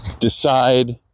decide